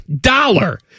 dollar